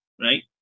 right